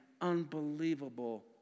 unbelievable